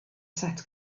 set